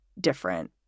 different